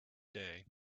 day